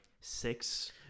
six